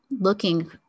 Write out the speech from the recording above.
looking